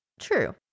True